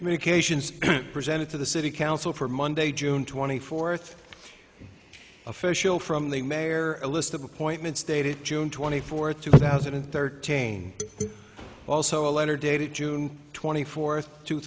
communications presented to the city council for monday june twenty fourth official from the mayor a list of appointments dated june twenty fourth two thousand and thirteen also a letter dated june twenty fourth two